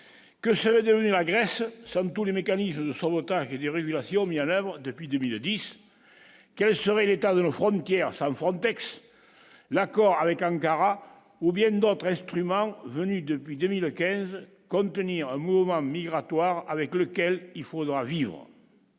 que c'est devenu la Grèce comme tous les mécanismes de son otage de dérégulation mis à l'oeuvre depuis 2010, quel serait l'état de nos frontières Frontex, l'accord avec Ankara ou bien d'autres instruments venus depuis 2015 contenir un mouvement migratoire avec lequel il faudra vivre.